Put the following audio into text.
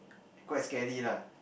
quite scary lah